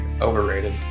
overrated